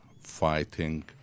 fighting